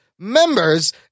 members